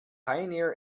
pioneer